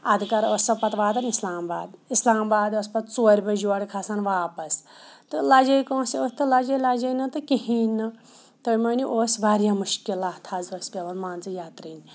اَدٕ کَر ٲس سۄ پَتہٕ واتان اِسلام باد اِسلام باد ٲس پَتہٕ ژورِ بَجہِ یورٕ کھَسان واپَس تہٕ لَجے کٲنٛسہِ أتھۍ تہٕ لَجے لَجے نہٕ تہٕ کِہیٖنۍ نہٕ تُہۍ مٲنِو اوس واریاہ مُشکلات حظ ٲسۍ پٮ۪وان مان ژٕ یَترٕنۍ